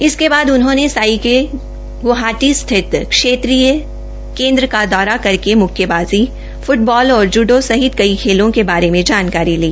इसके बाद उन्होंने साई के ग्वाटी स्थित क्षेत्रीय केन्द्र का दौरा करके मुक्केबाज़ी फुटबाल और जूडो सहित कई खेलों के बारे जानकारी ली